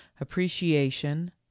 appreciation